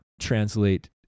translate